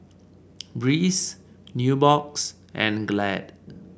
Breeze Nubox and Glad